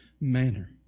manner